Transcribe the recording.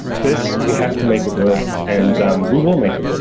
this, we have to make it work and we will make it. but